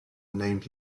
named